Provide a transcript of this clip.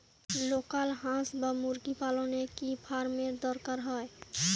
Local হাস বা মুরগি পালনে কি ফার্ম এর দরকার হয়?